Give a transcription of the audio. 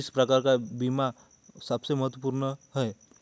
किस प्रकार का बीमा सबसे महत्वपूर्ण है?